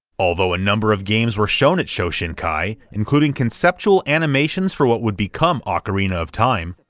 although a number of games were shown at shoshinkai, including conceptual animations for what would become ocarina of time,